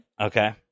Okay